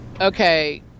okay